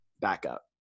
backup